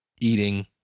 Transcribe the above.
eating